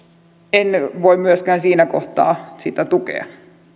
en voi myöskään siinä kohtaa sitä tukea